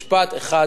משפט אחד,